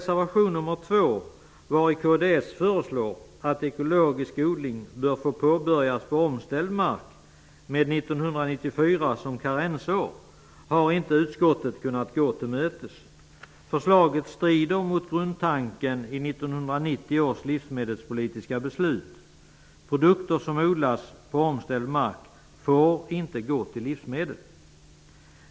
som karensår, har utskottet inte kunnat gå till mötes. Förslaget strider mot grundtanken i 1990 års livsmedelspolitiska beslut. Produkter som odlas på omställd mark får inte gå till livsmedel.